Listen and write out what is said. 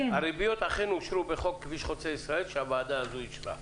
הריביות אכן אושרו בחוק כביש חוצה ישראל שהוועדה הזו אישרה.